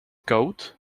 goat